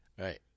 Right